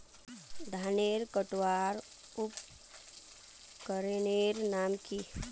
धानेर कटवार उपकरनेर नाम की?